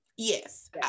Yes